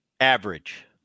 average